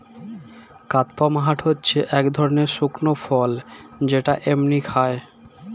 কাদপমহাট হচ্ছে এক ধরণের শুকনো ফল যেটা এমনিই খায়